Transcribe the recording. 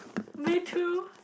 me too